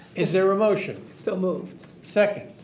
is there a motion? so moved. second.